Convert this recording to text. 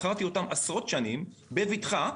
מכרתי אותם עשרות שנים בבטחה,